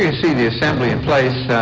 ah see the assembly in place,